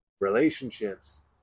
relationships